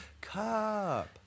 Cup